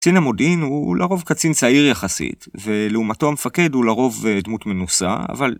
קצין המודיעין הוא לרוב קצין צעיר יחסית ולעומתו המפקד הוא לרוב דמות מנוסה אבל